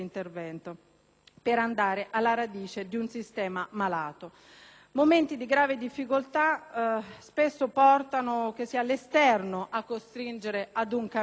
per andare alla radice di un sistema malato. Sono momenti di grave difficoltà che spesso fanno sì che sia l'esterno a costringere ad un cambiamento.